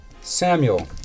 Samuel